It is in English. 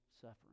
suffering